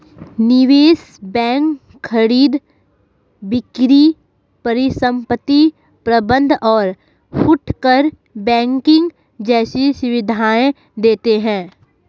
निवेश बैंक खरीद बिक्री परिसंपत्ति प्रबंध और फुटकर बैंकिंग जैसी सुविधायें देते हैं